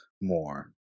more